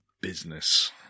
business